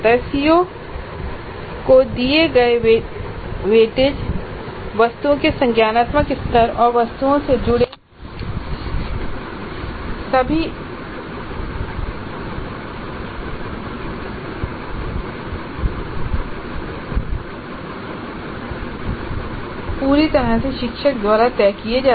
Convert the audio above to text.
संबंधित सीओ को दिए गए वेटेज वस्तुओं के संज्ञानात्मक स्तर और वस्तुओं से जुड़े अंक सभी पूरी तरह से शिक्षक द्वारा तय किए जाते हैं